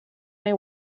they